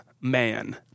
man